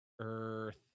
Earth